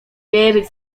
wierzyć